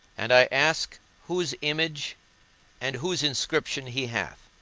and i ask whose image and whose inscription he hath,